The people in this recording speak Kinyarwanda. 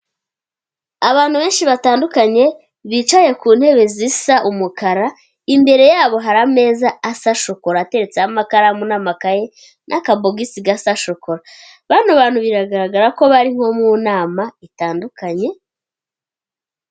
Abantu benshi batandukanye bicaye ku ntebe zisa umukara, imbere yabo hari ameza asa shokora atetseho amakaramu n'amakaye n'akabogisi gasa shokora, bano bantu biragaragara ko bari nko mu nama zitandukanye.